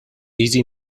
easy